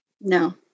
No